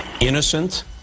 Innocent